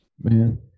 Man